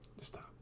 Stop